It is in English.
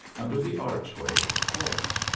under the archway of the court.